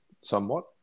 somewhat